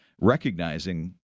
recognizing